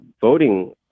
voting